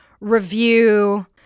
review